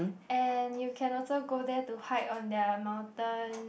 and you can also go there to hike on their mountain